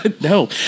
No